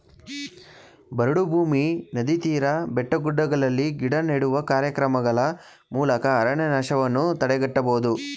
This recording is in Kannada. ಬರಡು ಭೂಮಿ, ನದಿ ತೀರ, ಬೆಟ್ಟಗುಡ್ಡಗಳಲ್ಲಿ ಗಿಡ ನೆಡುವ ಕಾರ್ಯಕ್ರಮಗಳ ಮೂಲಕ ಅರಣ್ಯನಾಶವನ್ನು ತಡೆಗಟ್ಟಬೋದು